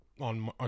on